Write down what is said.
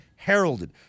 heralded